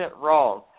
wrong